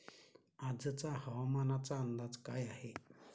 आजचा हवामानाचा अंदाज काय आहे?